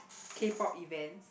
K-pop event